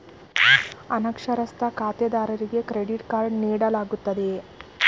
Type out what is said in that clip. ಅನಕ್ಷರಸ್ಥ ಖಾತೆದಾರರಿಗೆ credit card ನೀಡಲಾಗುತ್ತದೆಯೇ?